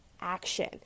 action